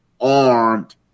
armed